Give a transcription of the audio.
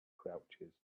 crouches